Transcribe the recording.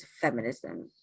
feminism